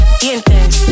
dientes